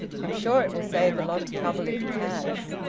i'm sure it will save a lot of trouble if he has.